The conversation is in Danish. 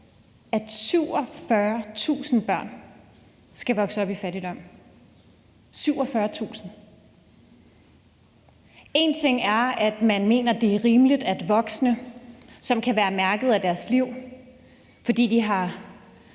at 47.000 børn skal vokse op i fattigdom. En ting er, at man mener, det er rimeligt, når det handler om voksne, som kan være mærket af deres liv, fordi de, kan